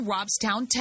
Robstown